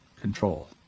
control